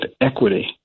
equity